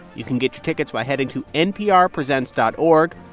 you can get your tickets by heading to nprpresents dot org.